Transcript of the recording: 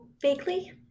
vaguely